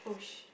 oh sh~